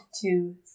two